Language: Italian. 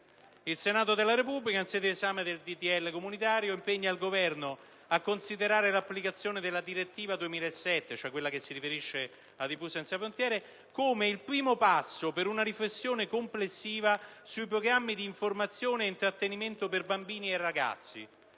«Il Senato della Repubblica, in sede di esame del disegno di legge comunitaria 2008, impegna il Governo a considerare l'applicazione della direttiva 2007/65/CE» - quella che si riferisce alla TV senza frontiere - «come il primo passo per una riflessione complessiva sui programmi di informazione e intrattenimento per bambini e ragazzi.